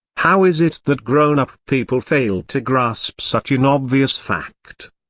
how is it that grown up people fail to grasp such an obvious fact?